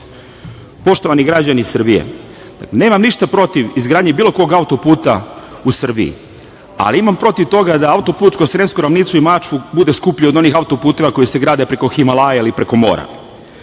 Poštovani građani Srbije, nemam ništa protiv izgradnje bilo kog auto-puta u Srbiji, ali imam protiv toga da auto-put kroz sremsku ravnicu i Mačvi bude skuplje od onih auto-puteva koji se grade preko Himalaja ili preko mora. Vaš